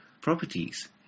properties